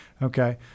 Okay